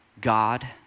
God